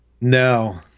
No